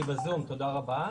תודה רבה.